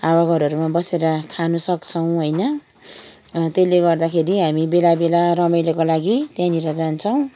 हावा घरहरूमा बसेर खानु सक्छौँ होइन त्यसले गर्दाखेरि हामी बेलाबेला रमाइलोको लागि त्यहीँनिर जान्छौँ